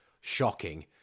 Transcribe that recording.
shocking